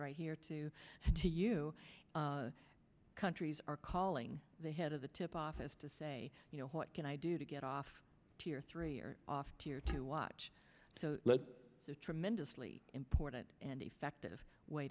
right here to two you countries are calling the head of the tip office to say you know what can i do to get off tier three or off to or to watch a tremendously important and effective way